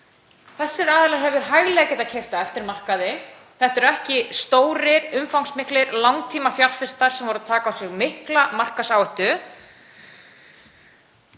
Þessir aðilar hefðu hæglega getað keypt á eftirmarkaði. Þetta eru ekki stórir, umfangsmiklir langtímafjárfestar sem voru að taka á sig mikla markaðsáhættu.